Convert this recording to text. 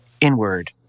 inward